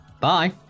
Bye